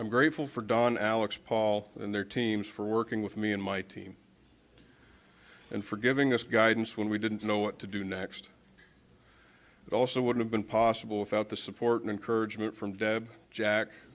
i'm grateful for don alex paul and their teams for working with me and my team and for giving us guidance when we didn't know what to do next that also would have been possible without the support and encouragement from deb jac